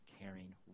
caring